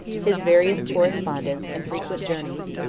his various correspondence and frequent journeys,